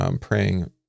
praying